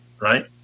right